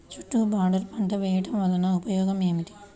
చుట్టూ బోర్డర్ పంట వేయుట వలన ఉపయోగం ఏమిటి?